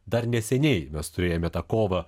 dar neseniai mes turėjome tą kovą